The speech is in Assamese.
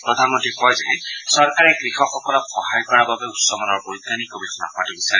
প্ৰধানমন্ত্ৰীয়ে কয় যে চৰকাৰে কৃষকসকলক সহায় কৰাৰ বাবে উচ্চমানৰ বৈজ্ঞানিক গৱেষণা হোৱাটো বিচাৰে